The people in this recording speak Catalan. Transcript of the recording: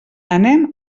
anem